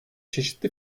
çeşitli